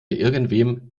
irgendwem